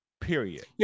Period